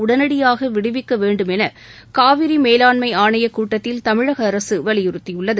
உடனடியாக விடுவிக்க வேண்டும் என காவிரி மேலாண்மை ஆணைய கூட்டத்தில் தமிழக அரசு வலியுறுத்தியுள்ளது